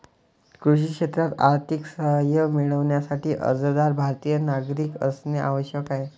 कृषी क्षेत्रात आर्थिक सहाय्य मिळविण्यासाठी, अर्जदार भारतीय नागरिक असणे आवश्यक आहे